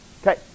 okay